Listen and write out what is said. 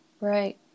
Right